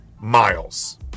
miles